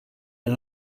and